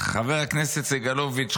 חבר הכנסת סגלוביץ',